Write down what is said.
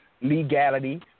legality